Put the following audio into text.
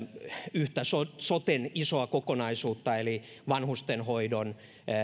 yhtä soten soten isoa kokonaisuutta eli vanhustenhoidon